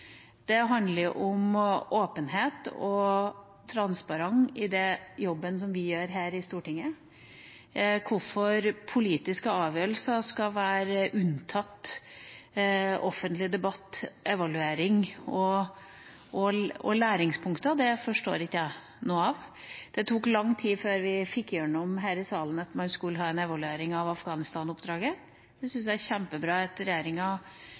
Det handler om åpenhet og transparens i den jobben vi gjør her i Stortinget. Hvorfor politiske avgjørelser skal være unntatt offentlig debatt, evaluering og læringspunkter, forstår ikke jeg noe av. Det tok lang tid før vi fikk igjennom her i salen at man skulle ha en evaluering av Afghanistan-oppdraget. Vi syns det er kjempebra at regjeringa